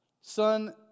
son